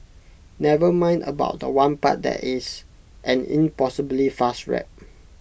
never mind about The One part that is an impossibly fast rap